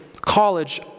college